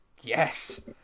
Yes